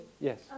Yes